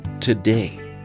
today